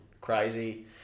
crazy